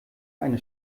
eine